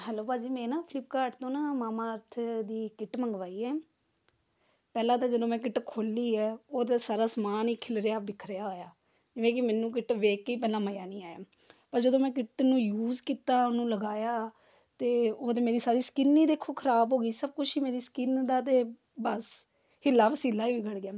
hello ਭਾਅ ਜੀ ਮੈਂ ਨਾ ਫਲਿੱਪਕਾਰਟ ਤੋਂ ਨਾ ਮਾਮਾਅਰਥ ਦੀ ਕਿੱਟ ਮੰਗਵਾਈ ਹੈ ਪਹਿਲਾਂ ਤਾਂ ਜਦੋਂ ਮੈਂ ਕਿੱਟ ਖੋਲ੍ਹੀ ਹੈ ਉਹਦਾ ਸਾਰਾ ਸਮਾਨ ਹੀ ਖਿੱਲਰਿਆ ਵਿੱਖਰਿਆ ਹੋਇਆ ਜਿਵੇਂ ਕਿ ਮੈਨੂੰ ਕਿੱਟ ਵੇਖ ਕੇ ਹੀ ਪਹਿਲਾਂ ਮਜ਼ਾ ਨਹੀਂ ਆਇਆ ਪਰ ਜਦੋਂ ਮੈਂ ਕਿੱਟ ਨੂੰ ਯੂਜ਼ ਕੀਤਾ ਉਹਨੂੰ ਲਗਾਇਆ ਅਤੇ ਉਹਦੇ ਮੇਰੀ ਸਾਰੀ ਸਕਿੱਨ ਹੀ ਦੇਖੋ ਖ਼ਰਾਬ ਹੋ ਗਈ ਸਭ ਕੁਛ ਹੀ ਮੇਰੀ ਸਕਿੱਨ ਦਾ ਤਾਂ ਬਸ ਹੀਲਾ ਵਸੀਲਾ ਹੀ ਵਿਗੜ ਗਿਆ